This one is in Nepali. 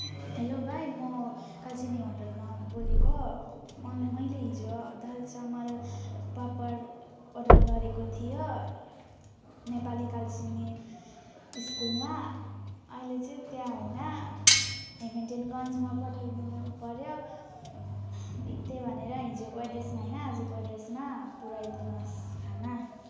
हेलो भाइ म कालचिनी होटेलमा बोलेको मले मैले हिजो दाल चामल पापर अर्डर गरेको थियो नेपाली कालचिनी स्कुलमा अहिले चाहिँ त्यहाँ होइन हेमेन्टेनगन्जमा पठाइदिनुपऱ्यो त्यही भनेर हिजोको एड्रेसमा होइन आजको एड्रेसमा पुऱ्याइदिनुहोस् खाना